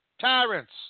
tyrants